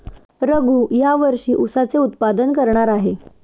रघू या वर्षी ऊसाचे उत्पादन करणार आहे